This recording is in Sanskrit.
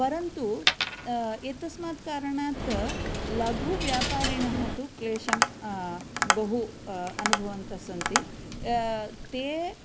परन्तु एतस्मात् कारणात् लघु व्यापारिणः तु क्लेशं बहु अनुभवन्तः सन्ति ते